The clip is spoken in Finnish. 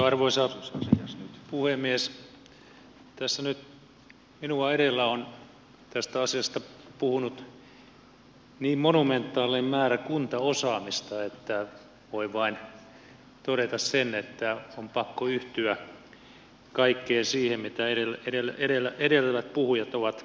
tässä nyt minua edellä on tästä asiasta puhunut niin monumentaalinen määrä kuntaosaamista että voi vain todeta sen että on pakko yhtyä kaikkeen siihen mitä edeltävät puhujat ovat sanoneet